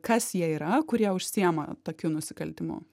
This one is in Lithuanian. kas jie yra kurie užsiima tokiu nusikaltimu